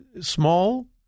small